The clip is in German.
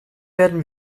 werden